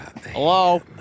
Hello